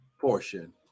portion